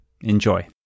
enjoy